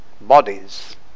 Bodies